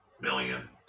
million